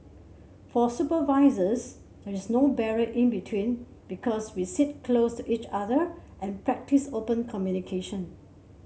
for supervisors there is no barrier in between because we sit close to each other and practice open communication